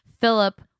Philip